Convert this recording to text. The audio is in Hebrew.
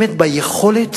באמת ביכולת